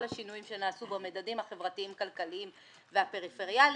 השינויים שנעשו במדדים החברתיים כלכליים והפריפריאליים.